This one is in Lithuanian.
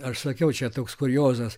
aš sakiau čia toks kuriozas